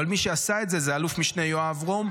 אבל מי שעשה את זה זה אל"מ יואב ירום,